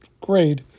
great